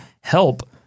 help